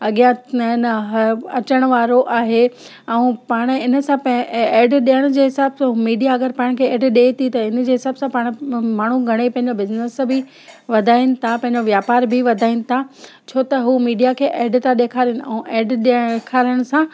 अॻियां ए न ह व अचणु वारो आहे ऐं पाण इन सां ए ए एड ॾियण जे हिसाब सां मीडिया अगरि पाण खे एड ॾे थी त इन जे हिसाब सां पाण म माण्हू घणे पंहिंजो बिज़िनिस बि वधाइनि था पंहिंजो वापारु बि था छो त हू मीडिया खे एड था ॾेखारनि ऐं एड ॾिय ॾेखारण सां